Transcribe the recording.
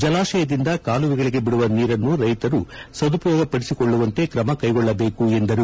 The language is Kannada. ಜಲಾಶಯದಿಂದ ಕಾಲುವೆಗಳಿಗೆ ಬಿಡುವ ನೀರನ್ನು ರೈತರು ಸದುಪಯೋಗಪಡಿಸಿಕೊಳ್ಳುವಂತೆ ಕ್ರಮ ಕೈಗೊಳ್ಳಬೇಕು ಎಂದರು